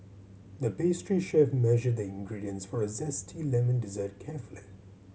the pastry chef measured the ingredients for a zesty lemon dessert carefully